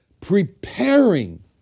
preparing